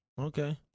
Okay